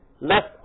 left